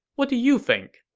what do you think?